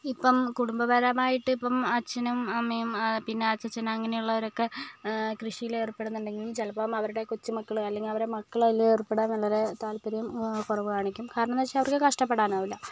ഇപ്പം കുടുംബപരമായിട്ട് ഇപ്പം അച്ഛനും അമ്മയും പിന്നെ അച്ഛച്ചൻ അങ്ങനെയുള്ളവരൊക്കെ കൃഷിയിലേർപ്പെടുന്നുണ്ടെങ്കിലും ചിലപ്പോൾ അവരുടെ കൊച്ചുമക്കള് അല്ലെങ്കിൽ അവരുടെ മക്കള് അതിലേർപ്പെടാൻ താല്പര്യം കുറവ് കാണിക്കും കാരണമെന്താണ് അവർക്ക് കഷ്ടപ്പെടാനാവില്ല